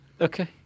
Okay